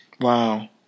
Wow